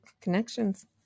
connections